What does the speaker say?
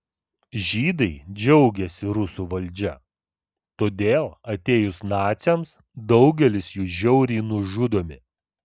žydai džiaugiasi rusų valdžia todėl atėjus naciams daugelis jų žiauriai nužudomi